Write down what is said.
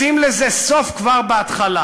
שים לזה סוף כבר בהתחלה.